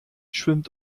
schwimmt